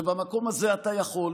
ובמקום הזה אתה יכול,